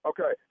Okay